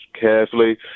carefully